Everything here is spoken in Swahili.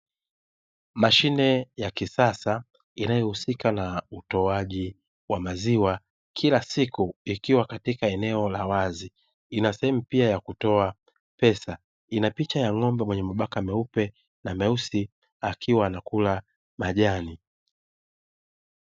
Mashine ya kisasa inayohusika na utoaji wa maziwa kila siku ikiwa katika eneo la wazi, ina sehemu pia ya kutoa pesa, ina picha ya ng'ombe mwenye mabaka meupe na meusi akiwa anakula majani.